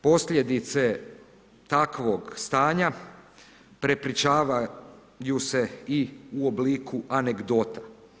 Posljedice takvog stanja prepričavaju se i u obliku anegdota.